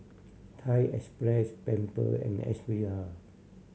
Thai Express Pamper and S V R